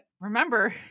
remember